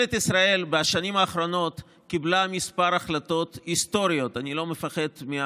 בשנים האחרונות קיבלה ממשלת ישראל כמה החלטות היסטוריות,